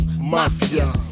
Mafia